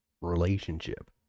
relationship